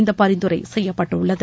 இந்த பரிந்துரை செய்யப்பட்டுள்ளது